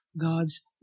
God's